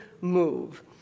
move